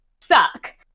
suck